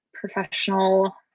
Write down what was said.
professional